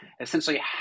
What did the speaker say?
essentially